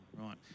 Right